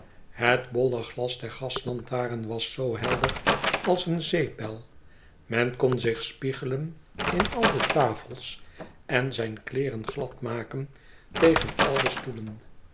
het bolle glas der ganglantaarn was zoo helder als een zeepbel men kon zich spiegelen in al de tafels en zijn kleeren glad maken tegen al de stoelen